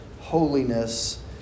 holiness